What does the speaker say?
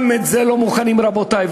גם את זה לא מוכנים, רבותי.